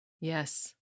Yes